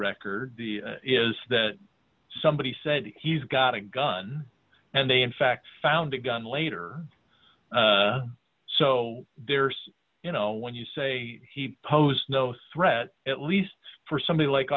record is that somebody said he's got a gun and they in fact found a gun later so there's you know when you say he posed no threat at least for somebody like